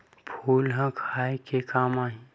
फूल ह खाये के काम आही?